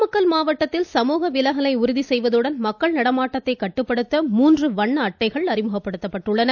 நாமக்கல் மாவட்டத்தில் சமூக விலகலை உறுதி செய்வதுடன் மக்கள் நடமாட்டத்தை கட்டுப்படுத்த மூன்று வண்ண அட்டைகள் அறிமுகப்படுத்தப்பட்டுள்ளன